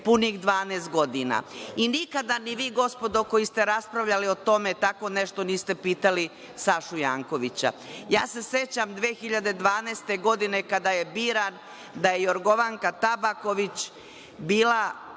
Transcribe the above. punih 12 godina. I nikada ni vi gospodo koji ste raspravljali o tome tako nešto niste pitali Sašu Jankovića. Ja se sećam 2012. godine, kada je biran, da je Jorgovanka Tabaković